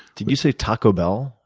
did you say taco bell?